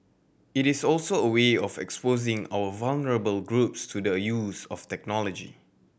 it is also a way of exposing our vulnerable groups to the use of technology